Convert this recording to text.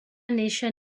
néixer